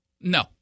no